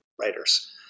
writers